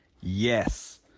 Yes